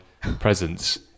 presents